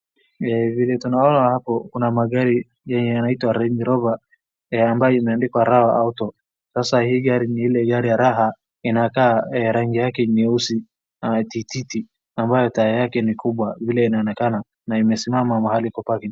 Vile tunaona hapo kuna magari yenye yanaitwa Range Rover ambayo imeandikwa Rawa Auto. Sasa hii gari ni ile gari ya raha. Inakaa rangi yake ni nyeusi tititi ambayo taa yake ni kubwa vile inaonekana. Na imesimama mahali kwa parking .